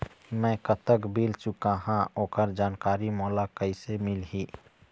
मैं कतक बिल चुकाहां ओकर जानकारी मोला कइसे मिलही?